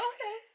Okay